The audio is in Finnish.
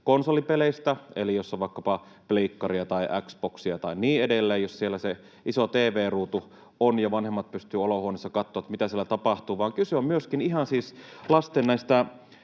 konsolipeleistä — eli jos on vaikkapa Pleikkaria tai Xboxia tai niin edelleen, ja jos siellä se iso tv-ruutu on ja vanhemmat pystyvät olohuoneessa katsomaan, mitä siellä tapahtuu — vaan kyse on myöskin ihan siis lasten